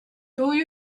由于